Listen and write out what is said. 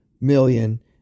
million